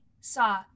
saw